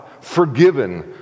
Forgiven